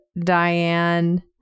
Diane